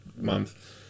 month